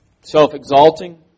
self-exalting